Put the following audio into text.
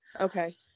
Okay